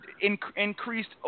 increased